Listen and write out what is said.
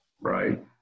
right